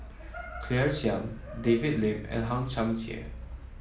Claire Chiang David Lim and Hang Chang Chieh